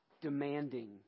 demanding